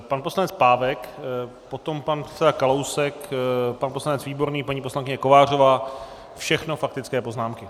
Pan poslanec Pávek, potom pan předseda Kalousek, pan poslanec Výborný, paní poslankyně Kovářová všechno faktické poznámky.